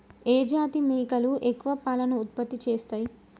ఏ జాతి మేకలు ఎక్కువ పాలను ఉత్పత్తి చేస్తయ్?